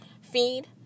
feed